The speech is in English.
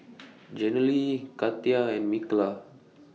Jenilee Katia and Mikalah